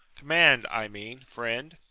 command, i mean, friend.